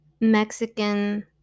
Mexican